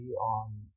on